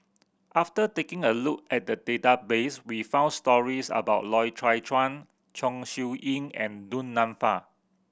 after taking a look at the database we found stories about Loy Chye Chuan Chong Siew Ying and Du Nanfa